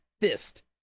Fist